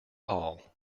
all